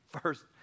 first